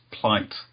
plight